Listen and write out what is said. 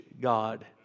God